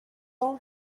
ans